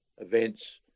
events